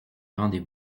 rendez